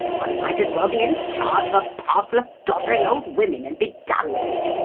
one might as well be in charge of a parcel of doddering old women and be done with it!